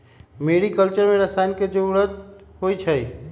mariculture में रसायन के जरूरत होई छई